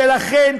ולכן,